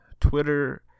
Twitter